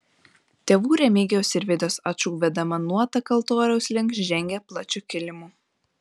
tėvų remigijaus ir vidos ačų vedama nuotaka altoriaus link žengė plačiu kilimu